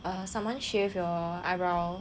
err someone shave your eyebrow